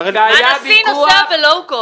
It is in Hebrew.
הנשיא נוסע ב-Low-Cost.